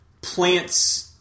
plants